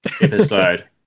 episode